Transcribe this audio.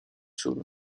saône